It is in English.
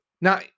Now